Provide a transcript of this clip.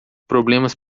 problemas